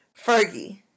Fergie